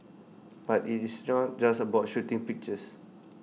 but IT is just just about shooting pictures